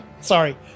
Sorry